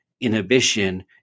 inhibition